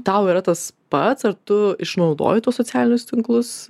tau yra tas pats ar tu išnaudoji tuos socialinius tinklus